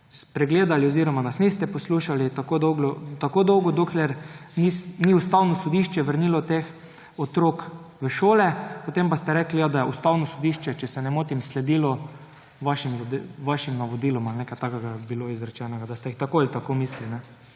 spregledali oziroma nas niste poslušali tako dolgo, dokler ni Ustavno sodišče vrnilo teh otrok v šole, potem pa ste rekli, da je Ustavno sodišče, če se ne motim, sledilo vašim navodilom ali nekaj takega je bilo izrečenega, da ste jih tako ali tako mislili.